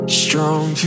strong